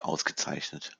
ausgezeichnet